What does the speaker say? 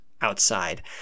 outside